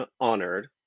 honored